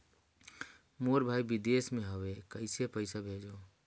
मोर भाई विदेश मे हवे कइसे पईसा भेजो?